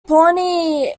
pawnee